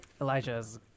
elijah's